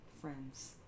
friends